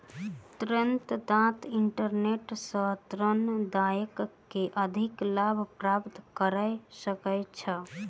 ऋण दाता इंटरनेट सॅ ऋण दय के अधिक लाभ प्राप्त कय सकै छै